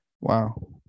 wow